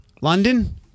London